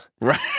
Right